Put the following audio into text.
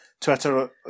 twitter